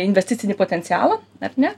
investicinį potencialą ar ne